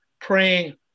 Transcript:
praying